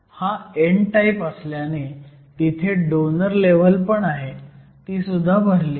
हा n type असल्याने तिथे डोनर लेव्हल पण आहे तीसुद्धा भरलेली